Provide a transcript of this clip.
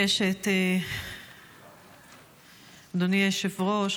אדוני היושב-ראש,